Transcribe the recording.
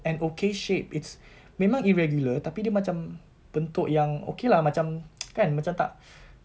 and okay shape it's memang irregular tapi dia macam bentuk yang okay lah macam kan macam tak